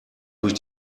durch